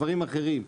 דברים אחרים,